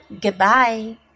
goodbye